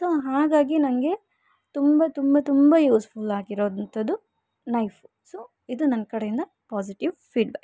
so ಹಾಗಾಗಿ ನಂಗೆ ತುಂಬ ತುಂಬ ತುಂಬ ಯೂಸ್ಫುಲ್ ಆಗಿರೊಂಥದು ನೈಫ್ ಸೊ ಇದು ನನ್ನ ಕಡೆಯಿಂದ ಪಾಸಿಟಿವ್ ಫೀಡ್ಬ್ಯಾಕ್